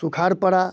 सुखार पड़ा